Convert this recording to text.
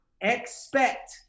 expect